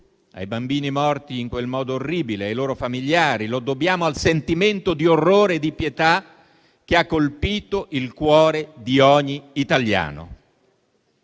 ai bambini morti in quel modo orribile, ai loro familiari; lo dobbiamo al sentimento di orrore e di pietà che ha colpito il cuore di ogni italiano.